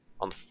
on